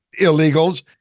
illegals